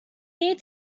need